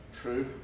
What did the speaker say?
true